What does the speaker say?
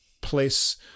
place